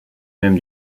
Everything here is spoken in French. même